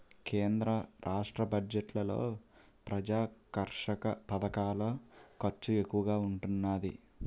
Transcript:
కేంద్ర రాష్ట్ర బడ్జెట్లలో ప్రజాకర్షక పధకాల ఖర్చు ఎక్కువగా ఉంటున్నాది